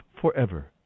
forever